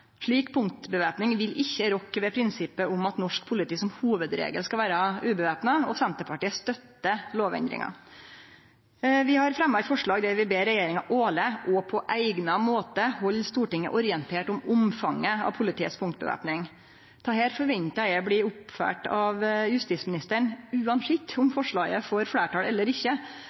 Slik punktvæpning vil ikkje rokke ved prinsippet om at norsk politi som hovudregel ikkje skal vera væpna, og Senterpartiet støttar lovendringa. Vi har fremja eit forslag der vi ber regjeringa årleg og på eigna måte halde Stortinget orientert om omfanget av politiets punktvæpning. Dette forventar eg blir følgt opp av justisministeren uansett om forslaget får fleirtal eller ikkje,